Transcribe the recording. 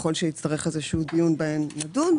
וככל שיצטרך איזה דיון בהן, נדון.